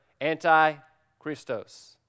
antichristos